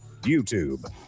YouTube